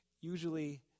Usually